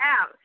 out